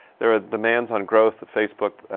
there are demands on growth of facebook,